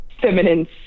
feminine